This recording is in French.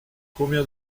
combien